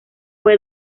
fue